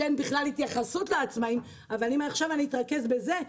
שאין בכלל התייחסות לעצמאים אם עכשיו אני אתרכז בזה,